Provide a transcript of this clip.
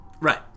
Right